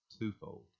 twofold